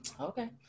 okay